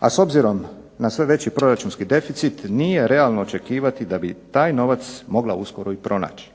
a s obzirom na sve veći proračunski deficit nije realno za očekivati da bi taj novac uskoro mogla pronaći.